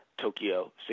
Tokyo